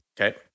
Okay